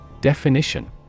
Definition